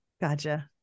Gotcha